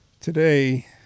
today